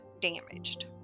damaged